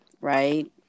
right